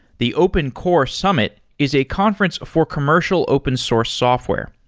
the open core summit is a conference before commercial open source software.